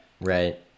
right